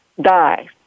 die